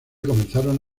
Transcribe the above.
comenzaron